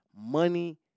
Money